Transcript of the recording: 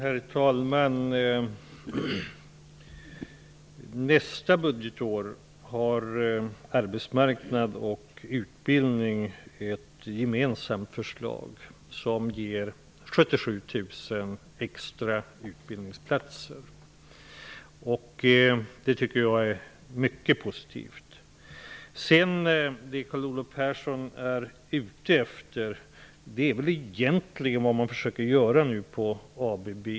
Herr talman! För nästa budgetår har Utbildningsdepartementet ett gemensamt förslag som ger 77 000 extra utbildningsplatser. Det tycker jag är mycket positivt. Det Carl Olov Persson är ute efter försöker man nu göra på ABB.